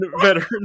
veteran